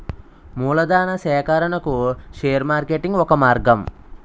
మూలధనా సేకరణకు share marketing ఒక మార్గం